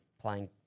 playing